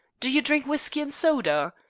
do you drink whisky and soda?